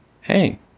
hey